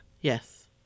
yes